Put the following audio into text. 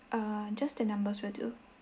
err just the numbers will do